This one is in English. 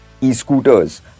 e-scooters